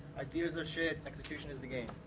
ideas are shit, execution is the game.